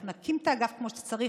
אנחנו נקים את האגף כמו שצריך,